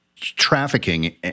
trafficking